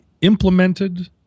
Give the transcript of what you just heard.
implemented